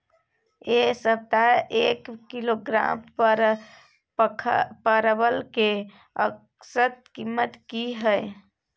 ऐ सप्ताह एक किलोग्राम परवल के औसत कीमत कि हय?